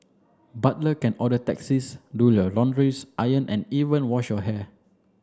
butler can order taxis do your laundries iron and even wash your hair